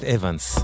Evans